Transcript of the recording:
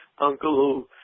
uncle